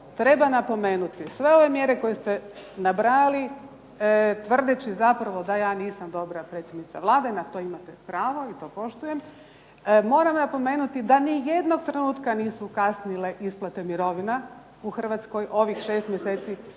treba napomenuti, sve ove mjere koje ste nabrajali, tvrdeći zapravo da ja nisam dobra predsjednica Vlade, na to imate pravo i to poštujem. Moram napomenuti da ni jednog trenutka nisu kasnile isplate mirovina u Hrvatskoj ovih 6 mjeseci